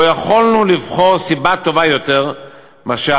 לא יכולנו לבחור סיבה טובה יותר מהכותרת: